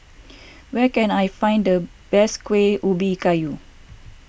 where can I find the best Kueh Ubi Kayu